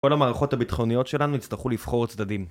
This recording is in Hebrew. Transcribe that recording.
כל המערכות הביטחוניות שלנו יצטרכו לבחור צדדים